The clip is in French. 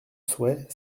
souhait